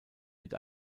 mit